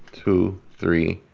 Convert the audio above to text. two, three,